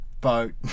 boat